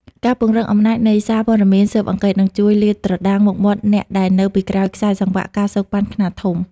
ការពង្រឹង "អំណាចនៃសារព័ត៌មានស៊ើបអង្កេត" នឹងជួយលាតត្រដាងមុខមាត់អ្នកដែលនៅពីក្រោយខ្សែសង្វាក់ ការសូកប៉ាន់ ខ្នាតធំ។